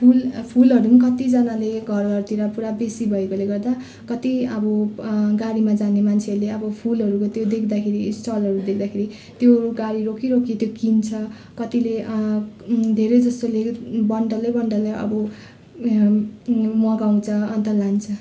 फुल फुलहरू कतिजनाले घरहरूतिर पुरा बेसी भएकाले गर्दा कति अब गाडीमा जाने मान्छेहरूले अब फुलहरूको त्यो देख्दाखेरि स्टलहरू देख्दाखेरि त्यो गाडी रोकी रोकी त्यो किन्छ कतिले धेरै जस्तोले बन्डलै बन्डल अब मगाउँछ अन्त लान्छ